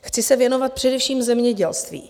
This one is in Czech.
Chci se věnovat především zemědělství.